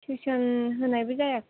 थिउसन होनायबो जायाखै